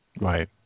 Right